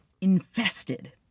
Infested